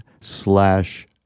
slash